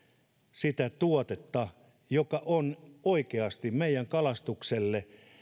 sitä tuotetta kun oikeasti meidän kalastuksellemme